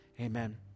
Amen